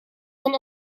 van